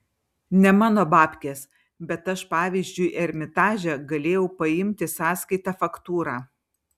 ne mano babkės bet aš pavyzdžiui ermitaže galėjau paimti sąskaitą faktūrą